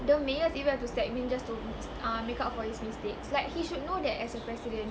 the mayors even have to step in just to uh make up for his mistakes like he should know that as a president